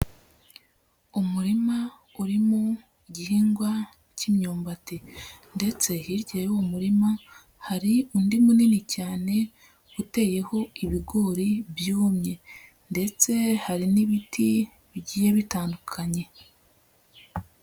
Umurima urimo igihingwa cy'imyumbati, ndetse hirya y'uwo murima hari undi munini cyane uteyeho ibigori byumye, ndetse hari n'ibiti bigiye bitandukanye.